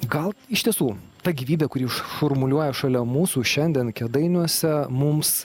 gal iš tiesų ta gyvybė kuri šurmuliuoja šalia mūsų šiandien kėdainiuose mums